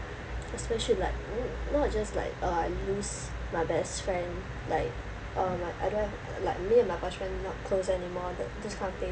especially like n~ not just like uh I lose my best friend like uh I don't have uh like me and my best friend not close anymore tha~ these kinds of thing